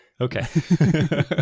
Okay